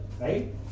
right